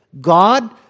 God